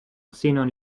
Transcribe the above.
xenon